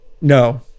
No